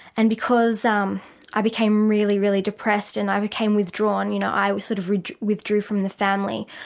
and because um i became really, really depressed and i became withdrawn, you know, i sort of withdrew from the family.